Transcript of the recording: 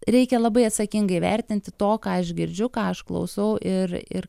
reikia labai atsakingai įvertinti to ką aš girdžiu ką aš klausau ir ir